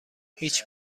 هیچ